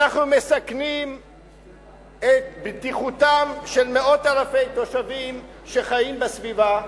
אנחנו מסכנים את בטיחותם של מאות אלפי תושבים שחיים בסביבה,